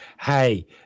Hey